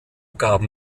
gaben